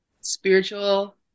spiritual